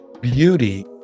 Beauty